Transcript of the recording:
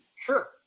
Sure